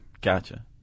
Gotcha